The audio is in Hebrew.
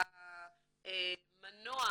והמנוע